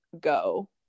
go